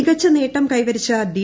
മികച്ച നേട്ടം കൈവരിച്ച ഡി